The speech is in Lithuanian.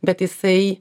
bet jisai